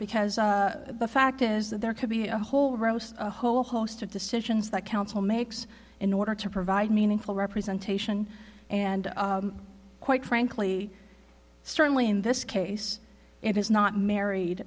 because the fact is that there could be a whole roast a whole host of decisions that council makes in order to provide meaningful representation and quite frankly certainly in this case it is not married